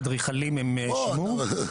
אדריכלים הם מוטי שימור?